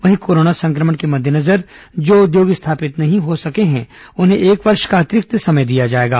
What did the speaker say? वहीं कोरोना संक्रमण के मद्देनजर जो उद्योग स्थापित नहीं हो सके हैं उन्हें एक वर्ष का अतिरिक्त समय दिया जाएगा